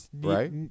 Right